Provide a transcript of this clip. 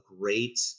great